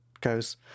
goes